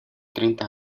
treinta